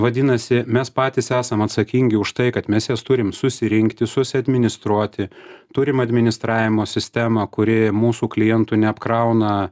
vadinasi mes patys esam atsakingi už tai kad mes jas turim susirinkti susiadministruoti turim administravimo sistemą kuri mūsų klientų neapkrauna